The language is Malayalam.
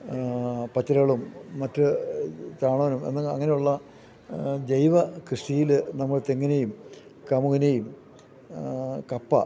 പച്ചിലകളും മറ്റ് ചാണനും എന്ന അങ്ങനെയുള്ള ജൈവ കൃഷിയിൽ നമ്മൾ തെങ്ങിനെയും കമുകനെയും കപ്പ